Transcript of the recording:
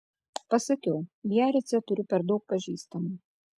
pasakiau biarice turiu per daug pažįstamų